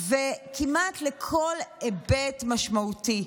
וכמעט לכל היבט משמעותי.